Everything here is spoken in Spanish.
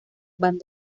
van